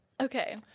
Okay